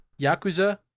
Yakuza